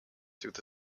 through